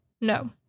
no